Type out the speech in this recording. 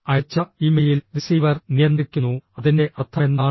അയച്ച email receiver നിയന്ത്രിക്കുന്നു അതിന്റെ അർത്ഥമെന്താണ്